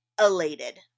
elated